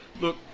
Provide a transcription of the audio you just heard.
Look